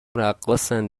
رقاصن